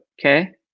okay